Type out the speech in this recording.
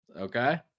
okay